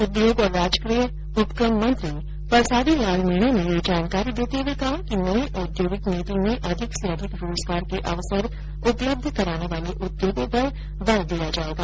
उद्योग और राजकीय उपक्रम मंत्री परसादी लाल मीणा ने ये जानकारी देते हुए कहा कि नई औद्योगिक नीति में अधिक से अधिक रोजगार के अवसर मुहैया कराने वाले उद्योगों पर बल दिया जाएगा